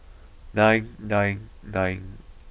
nine nine nine